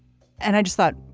and i just thought,